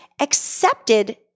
accepted